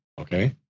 okay